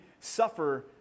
suffer